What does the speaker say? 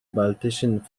baltischen